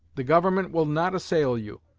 the government will not assail you.